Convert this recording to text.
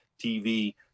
TV